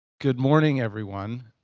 good morning, everyone,